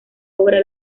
obra